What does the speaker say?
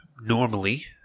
normally